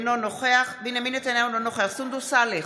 אינו נוכח בנימין נתניהו, אינו נוכח סונדוס סאלח,